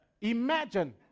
Imagine